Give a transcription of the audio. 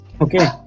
Okay